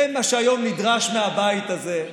זה מה שהיום נדרש מהבית הזה.